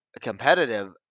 competitive